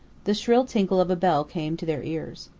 the shrill tinkle of a bell came to their ears.